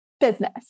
business